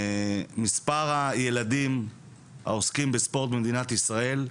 מספר הילדים העוסקים בספורט במדינת ישראל,